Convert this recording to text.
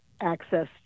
access